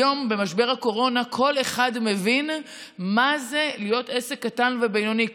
היום במשבר הקורונה כל אחד מבין מה זה להיות עסק קטן ובינוני.